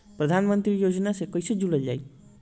प्रधानमंत्री योजना से कैसे जुड़ल जाइ?